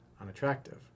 unattractive